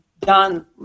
done